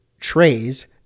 trays